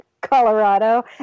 Colorado